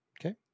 Okay